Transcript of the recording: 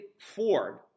Ford